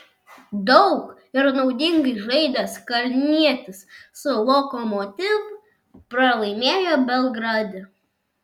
daug ir naudingai žaidęs kalnietis su lokomotiv pralaimėjo belgrade